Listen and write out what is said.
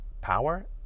power